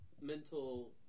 mental